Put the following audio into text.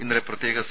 ഇന്നലെ പ്രത്യേക സി